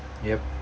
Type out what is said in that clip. yup